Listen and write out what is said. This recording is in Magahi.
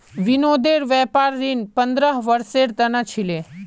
विनोदेर व्यापार ऋण पंद्रह वर्षेर त न छिले